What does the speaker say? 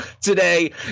today